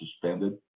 suspended